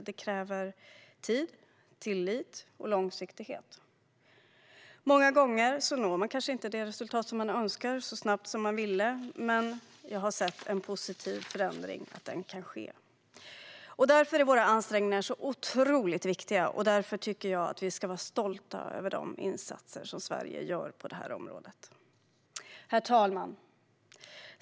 Det kräver tid, tillit och långsiktighet. Många gånger når man kanske inte det resultat som man hade önskat så snabbt som man ville, men jag har sett att en positiv förändring kan ske. Därför är våra ansträngningar så otroligt viktiga, och därför tycker jag att vi ska vara stolta över de insatser som Sverige gör på det här området. Herr talman!